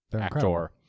Actor